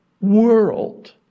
world